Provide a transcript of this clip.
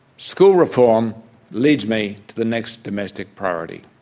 school reform leads me to the next domestic priority